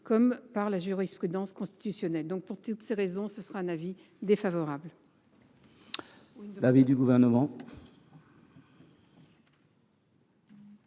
comme par la jurisprudence constitutionnelle. Pour toutes ces raisons, l’avis est défavorable.